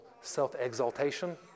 self-exaltation